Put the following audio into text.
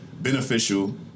beneficial